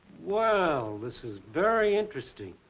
well, this is very interesting.